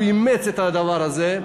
הוא אימץ את הדבר הזה.